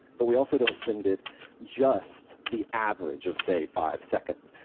but we also don't send it just the average of say five seconds,